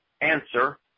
answer